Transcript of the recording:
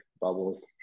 bubbles